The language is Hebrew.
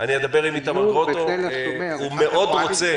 אני אדבר עם איתמר גרוטו, הוא מאוד רוצה.